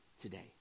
today